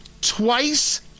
twice